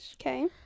Okay